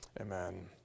Amen